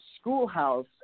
schoolhouse